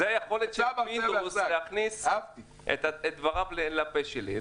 זאת היכולת של פינדורס להכניס את דבריו לפה שלי.